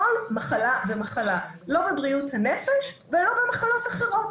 מחלה ומחלה - לא בבריאות הנפש ולא במחלות אחרות.